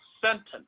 sentence